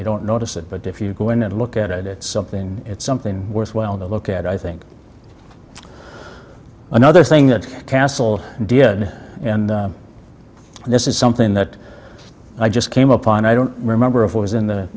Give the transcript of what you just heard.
they don't notice it but if you go in and look at it it's something it's something worthwhile to look at i think another thing that castle did and this is something that i just came upon i don't remember if it was in the